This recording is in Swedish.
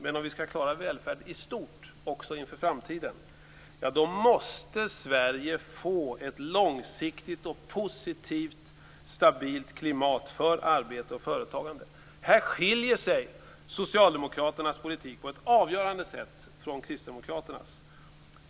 Men om vi skall klara välfärden i stort - också inför framtiden - måste Sverige få ett långsiktigt och positivt stabilt klimat för arbete och företagande. Här skiljer sig Socialdemokraternas politik på ett avgörande sätt från Kristdemokraternas.